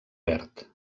verd